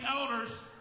elders